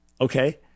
okay